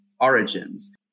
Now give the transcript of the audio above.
origins